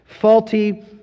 faulty